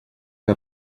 que